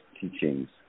teachings